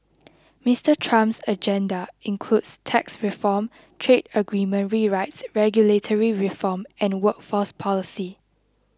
Mister Trump's agenda includes tax reform trade agreement rewrites regulatory reform and workforce policy